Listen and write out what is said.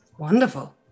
Wonderful